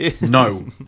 No